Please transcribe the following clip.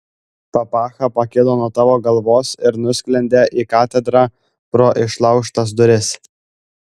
papacha pakilo nuo tavo galvos ir nusklendė į katedrą pro išlaužtas duris